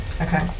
Okay